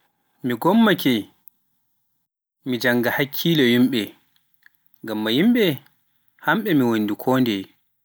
Mi gommaake mi jannga hakkilo yimɓe hamɓe mi wondi kondeye.